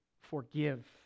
forgive